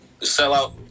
sellout